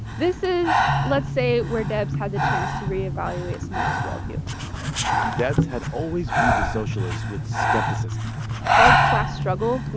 this is, let's say, where debs had the chance to re-evaluate some of his worldview debs had always viewed the socialists with skepticism called class struggle, you